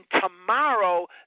tomorrow